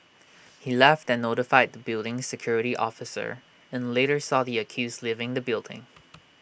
he left and notified the building's security officer and later saw the accused leaving the building